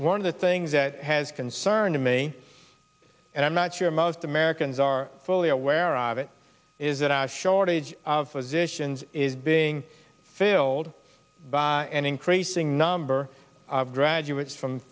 one of the things that has concerned me and i'm not sure most americans are fully aware of it is that i shortage of physicians is being filled by an increasing number of graduates from